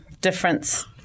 difference